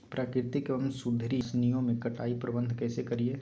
प्राकृतिक एवं सुधरी घासनियों में कटाई प्रबन्ध कैसे करीये?